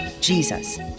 Jesus